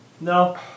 No